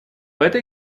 этой